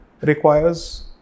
requires